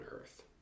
earth